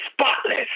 Spotless